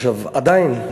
עדיין,